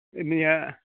ᱱᱤᱭᱟᱹ